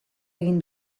egin